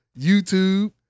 YouTube